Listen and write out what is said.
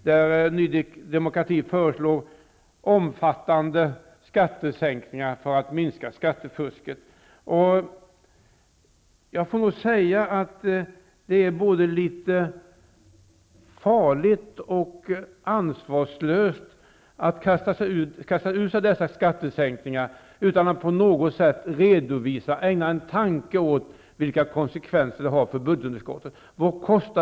Där föreslår Ny demokrati omfattande skattesänkningar för att minska skattefusket. Det är både litet farligt och ansvarslöst, att kasta fram dessa skattesänkningar utan att på något sätt ägna en tanke åt vilka konsekvenser det får för budgetunderskottet.